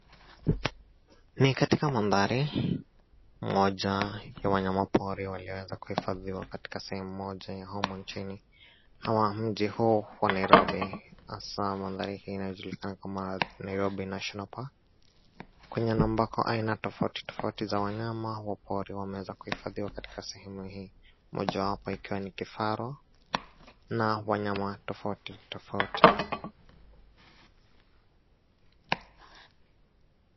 Ni katika mandhari moja ya wnayamapori walioweza kuhifadhiwa katika sehemu moja ya humu nchini. Huwa mji huu wa Nairobi hasa mandhari hii inajulikana kama Nairobi national park, kwenye na ambako aina tofauti tofauti za wanyama hukuwa wameweza kuhifadhiwa katika sehemu hii mojawapo ikiwa ni kifaru na wanyma tofauti tofauti.